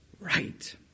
Right